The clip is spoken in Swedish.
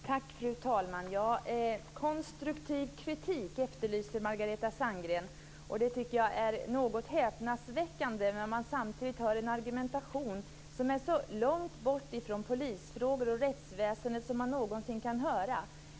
Fru talman! Margareta Sandgren efterlyste konstruktiv kritik. Det är något häpnadsväckande, när man samtidigt hör en argumentation som är så långt bort från polisfrågor och rättsväsendet som man någonsin kan höra.